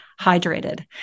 hydrated